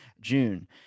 June